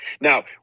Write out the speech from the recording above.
Now